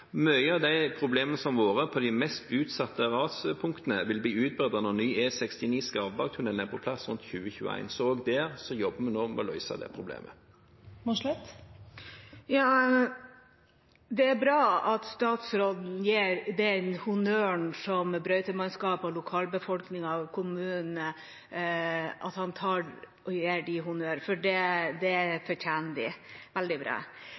av de problemene som har vært på de mest utsatte raspunktene, vil bli utbedret når den nye Skarvbergtunnelen på E69 er på plass rundt 2021. Så også der jobber vi nå med å løse det problemet. Det er bra at statsråden gir honnør til brøytemannskap, lokalbefolkning og kommuner. Det fortjener de. Det er veldig bra. Jeg hadde trodd at